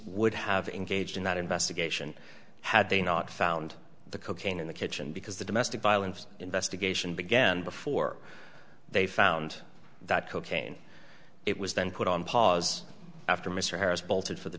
would have engaged in that investigation had they not found the cocaine in the kitchen because the domestic violence investigation began before they found that cocaine it was then put on pause after mr harris bolted for the